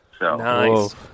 Nice